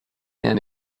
man